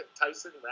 Tyson